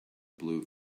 blue